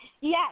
Yes